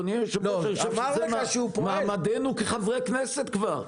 אדוני היושב-ראש, זה כבר מעמדנו כחברי כנסת.